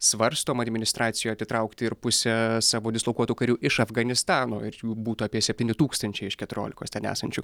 svarstoma administracijoj atitraukti ir pusę savo dislokuotų karių iš afganistano ir jų būtų apie septyni tūkstančiai iš keturilikos ten esančių